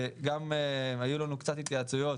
גם היו לנו גם קצת התייעצויות